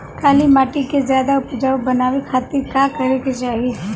काली माटी के ज्यादा उपजाऊ बनावे खातिर का करे के चाही?